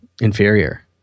inferior